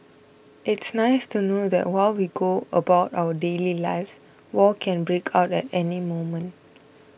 it's nice to know that while we go about our daily lives war can break out at any moment